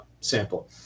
sample